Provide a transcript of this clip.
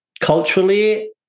culturally